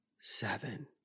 seven